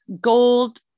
gold